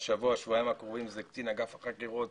השבוע-שבועיים הקרובים זה קצין אגף החקירות